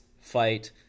fight